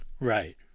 Right